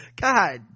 god